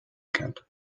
kent